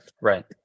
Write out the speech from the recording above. right